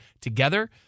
together